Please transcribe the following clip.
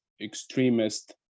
extremist